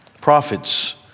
prophets